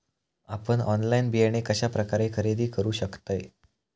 आपन ऑनलाइन बियाणे कश्या प्रकारे खरेदी करू शकतय?